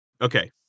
Okay